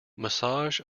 massage